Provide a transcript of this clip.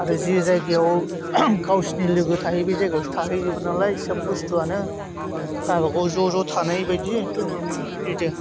आरो जे जायगायाव गावसिनि लोगो थायो बे जायगायावसो थाहैजोबो नालाय सोब बुस्थुआनो गावबागाव ज' ज' थानायबादि बिदि